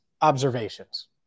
observations